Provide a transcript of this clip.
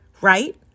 right